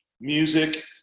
music